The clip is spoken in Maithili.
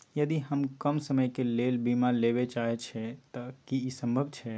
यदि हम कम समय के लेल बीमा लेबे चाहे छिये त की इ संभव छै?